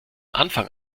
anfang